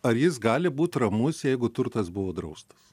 ar jis gali būt ramus jeigu turtas buvo draustas